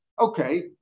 Okay